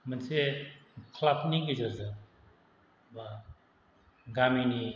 मोनसे क्लाबनि गेजेरजों बा गामिनि